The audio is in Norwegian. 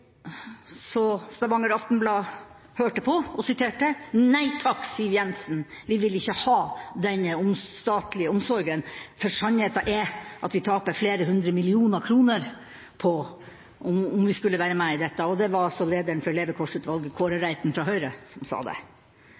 så Stavanger Aftenblad hørte og siterte: Nei takk, Siv Jensen, vi vil ikke ha den statlige omsorgen, for sannheten er at vi taper flere hundre millioner kroner dersom vi skulle være med på dette. Det var lederen for levekårsutvalget, Kåre Reiten fra Høyre, som sa det.